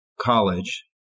college